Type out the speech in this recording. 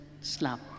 slap